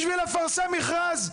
בשביל לפרסם מכרז,